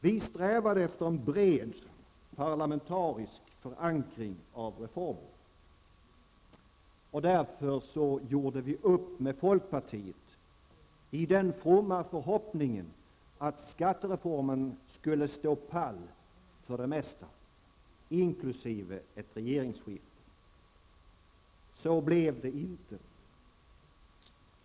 Vi strävade efter en bred parlamentarisk förankring av reformen. Därför gjorde vi upp med folkpartiet i den fromma förhoppningen att skattereformen skulle stå pall för det mesta, inkl. ett regeringsskifte. Så blev det inte.